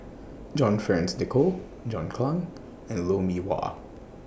John Fearns Nicoll John Clang and Lou Mee Wah